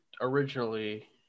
originally –